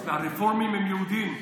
והרפורמים הם יהודים.